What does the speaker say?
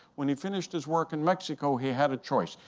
when he finished his work in mexico, he had a choice.